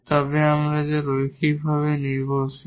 তবে তারা লিনিয়ারভাবে নির্ভরশীল